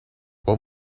what